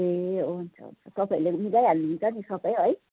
ए हुन्छ हुन्छ तपाईँहरूले मिलाइहाल्नु हुन्छ नि सबै है